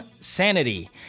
sanity